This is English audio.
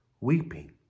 Weeping